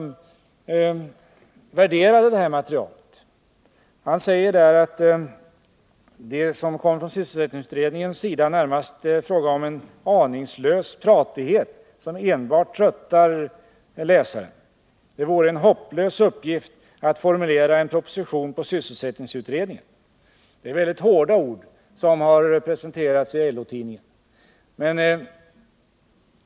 När han värderade detta material anförde han att det från sysselsättningsutredningens sida närmast var fråga om ”en aningslös pratighet, som enbart tröttar läsaren. Det vore en hopplös uppgift att formulera en proposition på sysselsättningsutredningen.” Det är mycket hårda ord, som alltså har presenterats i LO-tidningen.